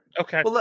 okay